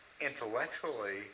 intellectually